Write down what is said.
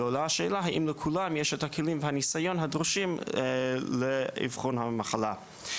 ועולה השאלה האם לכולם יש את הכלים והניסיון הדרושים לאבחון המחלה.